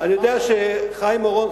אני יודע שחיים אורון,